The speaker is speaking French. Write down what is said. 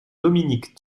dominique